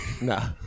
no